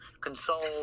console